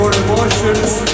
emotions